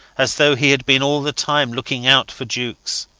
as though he had been all the time looking out for jukes.